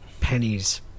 pennies